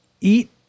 eat